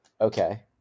Okay